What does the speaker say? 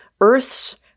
Earth's